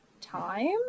time